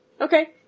Okay